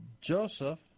Joseph